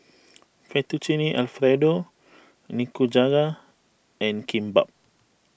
Fettuccine Alfredo Nikujaga and Kimbap